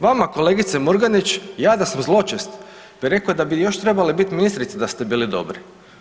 Vama kolegice Murganić ja da sam zločest bi rekao da bi još trebali biti ministrica da ste bili dobri.